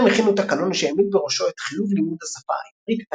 השניים הכינו תקנון שהעמיד בראשו את חיוב לימוד השפה העברית,